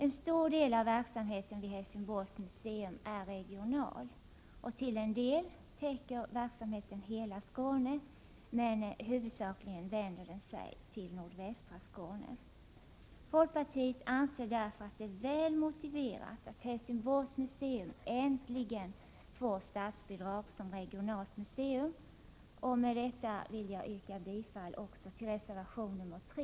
En stor del av verksamheten vid Helsingborgs museum är regional — till en del täcker verksamheten hela Skåne, men huvudsakligen vänder den sig till nordvästra Skåne. Folkpartiet anser det därför väl motiverat att Helsingborgs museum äntligen får statsbidrag som regionalt museum. Med detta vill jag yrka bifall också till reservation 3.